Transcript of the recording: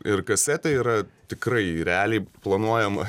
ir kasetė yra tikrai realiai planuojama